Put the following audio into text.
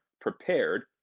prepared